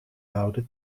houden